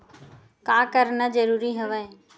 का करना जरूरी हवय?